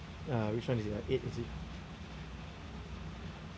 uh which one is uh eight is it